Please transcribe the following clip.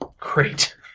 great